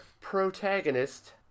protagonist